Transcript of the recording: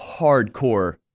hardcore